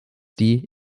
die